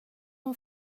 hon